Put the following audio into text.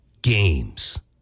games